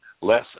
less